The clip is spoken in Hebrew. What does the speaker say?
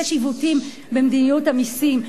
יש עיוותים במדיניות המסים,